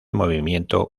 movimiento